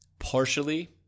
partially